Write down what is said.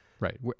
Right